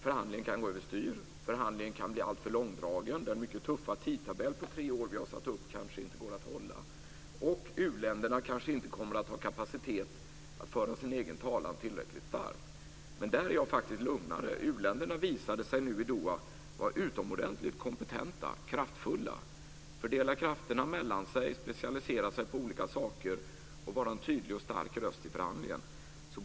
Förhandlingen kan gå över styr, och den kan bli alltför långdragen. Den mycket tuffa tidtabell om tre år som vi har satt upp går kanske inte att hålla, och u-länderna kommer kanske inte att ha kapacitet att föra sin egen talan tillräckligt starkt. Men därvidlag känner jag mig faktiskt ganska lugn. U-länderna visade sig i Doha vara utomordentligt kompetenta och kraftfulla. De fördelade krafterna mellan sig och specialiserade sig på olika saker, och de hade en stark och tydlig röst i förhandlingen.